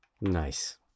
Nice